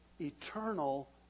eternal